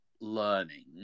learning